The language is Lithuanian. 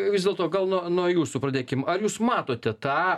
vis dėlto gal nuo nuo jūsų pradėkim ar jūs matote tą